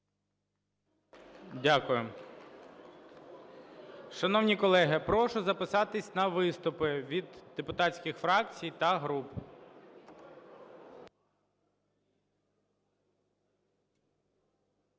Дякую. Шановні колеги, прошу записатися на виступи від депутатських фракцій та груп.